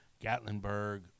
gatlinburg